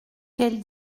quelle